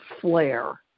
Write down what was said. flare